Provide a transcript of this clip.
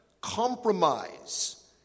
compromise